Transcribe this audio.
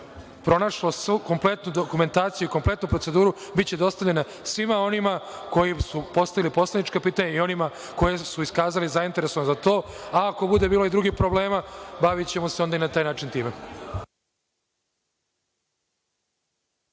pronašlo, svu kompletnu dokumentaciju, kompletnu proceduru, biće dostavljeno svima onima koji su postavili poslanička pitanja i onima koji su iskazali zainteresovanost za to. Ako bude bilo i drugih problema, bavićemo se onda i na taj način time.